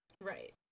Right